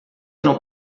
não